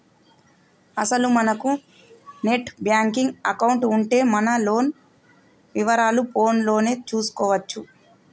అసలు మనకు net banking account ఉంటే మన లోన్ వివరాలు ఫోన్ లోనే చూసుకోవచ్చు